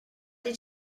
did